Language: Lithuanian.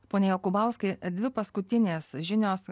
pone jokubauskai dvi paskutinės žinios